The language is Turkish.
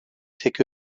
tek